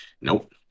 nope